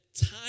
time